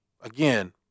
again